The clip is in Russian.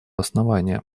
основания